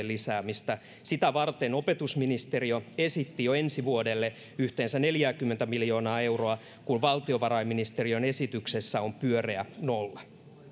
lisäämistä ja että sitä varten opetusministeriö esitti jo ensi vuodelle yhteensä neljääkymmentä miljoonaa euroa kun valtiovarainministeriön esityksessä on pyöreä nolla